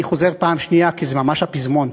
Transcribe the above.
אני חוזר פעם שנייה, כי זה ממש הפזמון: